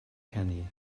canu